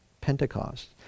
Pentecost